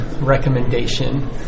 recommendation